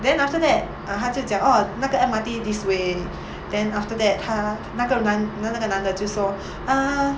then after that uh 她就讲 orh 那个 M_R_T this way then after that 他那个男那个男的就说 uh